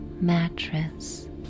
mattress